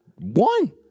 One